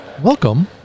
Welcome